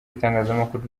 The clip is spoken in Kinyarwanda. itangazamakuru